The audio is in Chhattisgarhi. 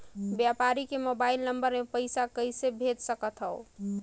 व्यापारी के मोबाइल नंबर मे पईसा कइसे भेज सकथव?